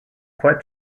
quite